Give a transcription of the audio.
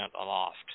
aloft